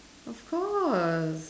of course